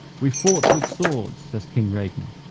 we fought with swords, says king regner,